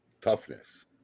toughness